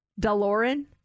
Delorean